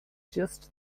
just